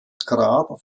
grab